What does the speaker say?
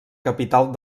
capital